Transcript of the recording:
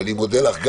אני מודה לך.